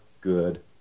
good